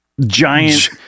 Giant